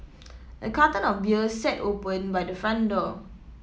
a carton of beer sat open by the front door